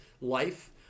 life